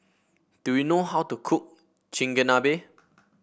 do you know how to cook Chigenabe